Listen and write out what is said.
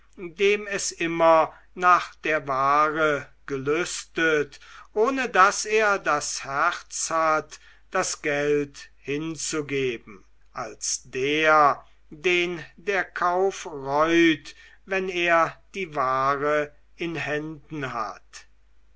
dem es immer nach der ware gelüstet ohne daß er das herz hat das geld hinzugeben als der den der kauf reut wenn er die ware in händen hat